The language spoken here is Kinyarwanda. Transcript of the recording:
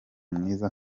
mwiza